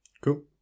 Cool